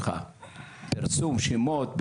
פרסמו שמות,